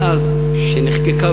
מאז נחקקה,